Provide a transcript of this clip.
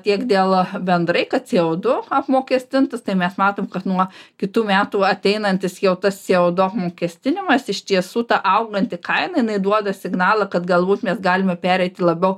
tiek dėl bendrai kad co du apmokestintas tai mes matom kad nuo kitų metų ateinantis jau tas co du apmokestinimas iš tiesų ta auganti kaina jinai duoda signalą kad galbūt mes galime pereiti labiau